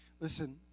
Listen